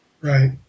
Right